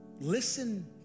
listen